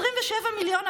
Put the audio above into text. אני מוסיף לך